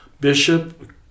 bishop